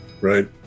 right